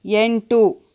ಎಂಟು